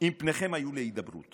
אם פניכם היו להידברות